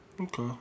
Okay